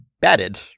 batted